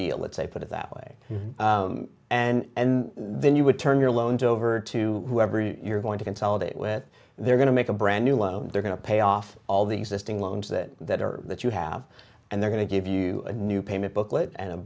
deal let's say put it that way and then you would turn your loans over to whoever you're going to consolidate with they're going to make a brand new loan they're going to pay off all the existing loans that that or that you have and they're going to give you a new payment booklet and a